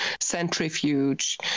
centrifuge